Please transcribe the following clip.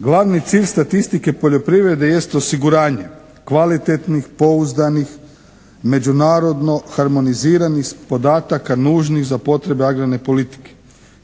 Glavni cilj statistike poljoprivrede jest osiguranje kvalitetnih, pouzdanih, međunarodno harmoniziranih podataka nužnih za potrebe agrarne politike,